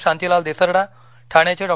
शांतीलाल देसरडा ठाण्याचे डॉ